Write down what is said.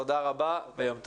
תודה רבה ויום טוב.